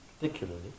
particularly